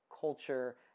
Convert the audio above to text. culture